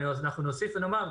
אנחנו נוסיף ונאמר,